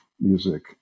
music